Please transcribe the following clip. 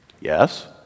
yes